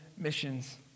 missions